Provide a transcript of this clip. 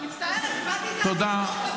תודה.